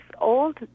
old